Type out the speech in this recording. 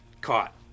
caught